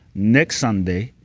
next sunday,